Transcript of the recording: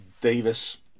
Davis